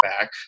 back